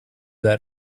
that